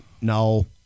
no